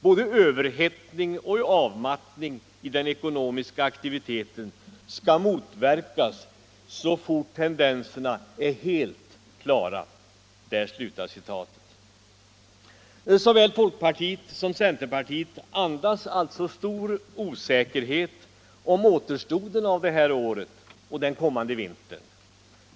Både överhettning och avmattning i den ekonomiska aktiviteten skall motverkas så fort tendenserna är helt klara.” Såväl folkpartiet som centerpartiet andas alltså stor osäkerhet om återstoden av det här året och den kommande vintern.